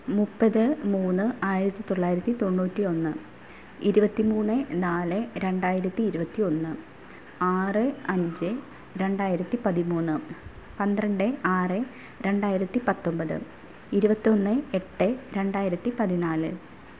മുപ്പത് മൂന്ന് ആയിരത്തി തൊള്ളായിരത്തി തൊണ്ണൂറ്റി ഒന്ന് ഇരുപത്തി മൂന്ന് നാല് രണ്ടായിരത്തി ഇരുപത്തി ഒന്ന് ആറ് അഞ്ച രണ്ടായിരത്തി പതിമൂന്ന് പന്ത്രണ്ട് ആറ് രണ്ടായിരത്തി പത്തൊന്പത് ഇരുപത്തൊന്ന് എട്ട് രണ്ടായിരത്തി പതിനാല്